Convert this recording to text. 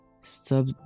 stop